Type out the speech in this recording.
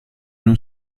non